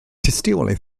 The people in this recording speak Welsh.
tystiolaeth